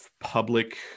public